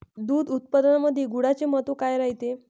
दूध उत्पादनामंदी गुळाचे महत्व काय रायते?